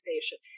station